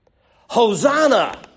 Hosanna